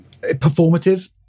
performative